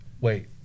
wait